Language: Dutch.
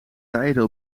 rijden